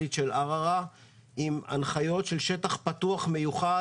של ערערה עם הנחיות של שטח פתוח מיוחד